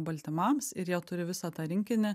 baltymams ir jie turi visą tą rinkinį